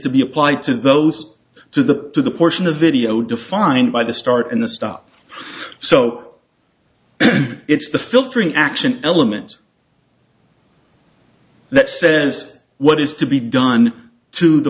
to be applied to those to the to the portion of video defined by the start and the stop so it's the filtering action element that says what is to be done to the